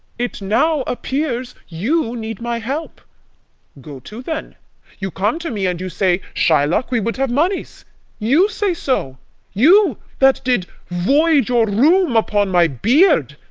it now appears you need my help go to, then you come to me, and you say shylock, we would have moneys you say so you that did void your rheum upon my beard,